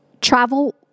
travel